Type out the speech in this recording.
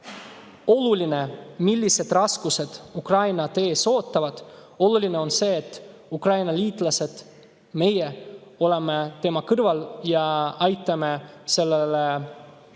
oluline, millised raskused Ukrainat ees ootavad. Oluline on see, et meie, Ukraina liitlased oleme Ukraina kõrval ja aitame sellele